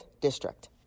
District